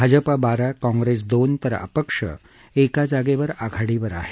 भाजपा बारा काँप्रेस दोन तर अपक्ष एका जागेवर आघाडीवर आहे